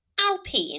Alpine